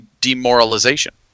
demoralization